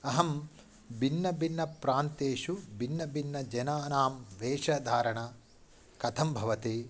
अहं भिन्नभिन्नप्रान्तेषु भिन्नभिन्नजनानां वेषधारणा कथं भवति